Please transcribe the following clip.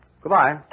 Goodbye